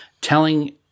telling